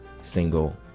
single